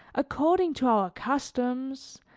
according to our customs,